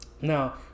Now